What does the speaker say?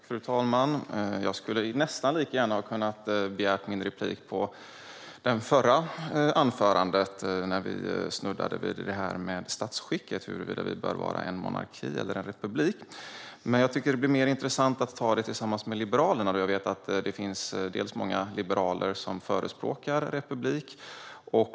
Fru talman! Jag skulle nästan lika gärna ha kunnat begära replik på det förra anförandet, när man snuddade vid statsskicket och huruvida Sverige bör vara en monarki eller en republik. Jag tycker dock att det blir mer intressant att ta frågan tillsammans med Liberalerna, då jag vet att det finns många liberaler som förespråkar republik.